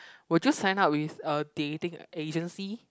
would you sign up with a dating agency